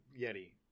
Yeti